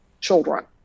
children